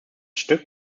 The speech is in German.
stück